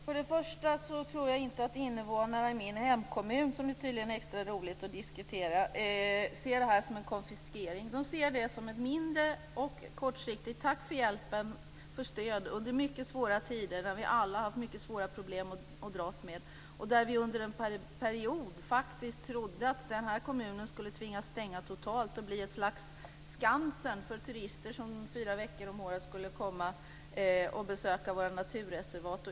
Fru talman! Först och främst tror jag inte att invånarna i min hemkommun - som det tydligen är extra roligt att diskutera - ser det som en konfiskering. De ser det som ett mindre och kortsiktigt tack för hjälpen för stöd under mycket svåra tider där vi alla hade mycket svåra problem att dras med. Vi trodde faktiskt under en period att kommunen skulle tvingas stänga totalt och bli ett slags Skansen för turister som fyra veckor om året skulle komma och besöka våra naturreservat.